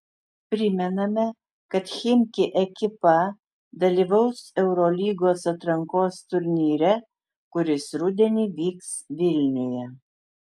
primename kad chimki ekipa dalyvaus eurolygos atrankos turnyre kuris rudenį vyks vilniuje